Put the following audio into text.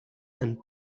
and